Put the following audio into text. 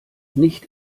nicht